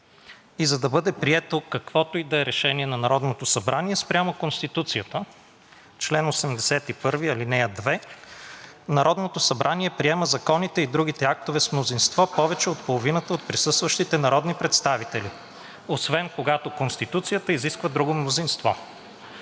и за да бъде прието каквото и да е решение на Народното събрание спрямо Конституцията, чл. 81, ал. 2: „Народното събрание приема законите и другите актове с мнозинство повече от половината от присъстващите народни представители, освен когато Конституцията изисква друго мнозинство.“